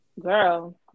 Girl